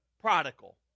prodigal